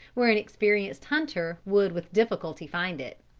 where an experienced hunter would with difficulty find it.